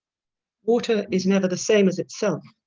water is never the same as itself